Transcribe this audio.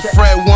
Fred